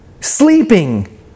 sleeping